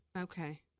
Okay